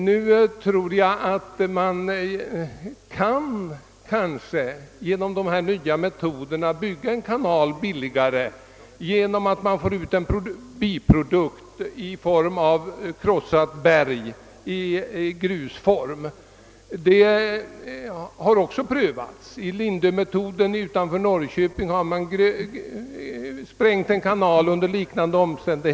Nu tror man sig kanske genom de nya metoderna kunna bygga en kanal billigare tack vare att man får ut en biprodukt i form av krossat berg i grusform. Metoden har redan prövats vid utsprängning av Lindökanalen utanför Norrköping.